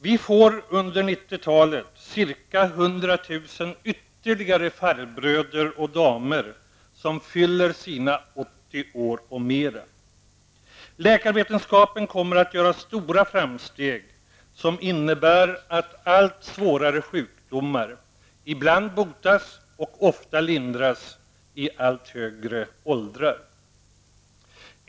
Vi få under 90-talet ca 100 000 ytterligare farbröder och damer som fyller sina 80 år eller mera. Läkarvetenskapen kommer att göra stora framsteg som innebär att allt svårare sjukdomar ibland botas och ofta lindras i allt högre åldrar.